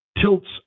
tilts